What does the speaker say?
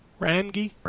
Rangi